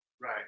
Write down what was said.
Right